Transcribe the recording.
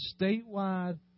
statewide